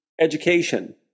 education